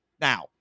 now